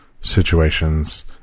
situations